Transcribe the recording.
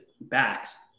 backs